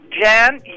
Jan